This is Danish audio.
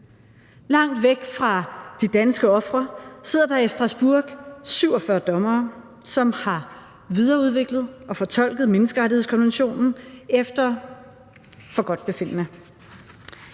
Langt væk fra de danske ofre sidder der i Strasbourg 47 dommere, som har videreudviklet og fortolket menneskerettighedskonventionen efter forgodtbefindende.